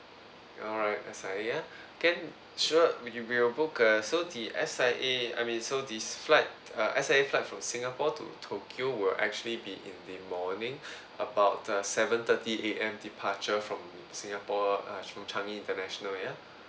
alright S_I_A ah can sure we will book err so the S_I_A I mean so this flight uh S_I_A flight from singapore to tokyo will actually be in the morning about uh seven thirty A_M departure from singapore err from changi international ya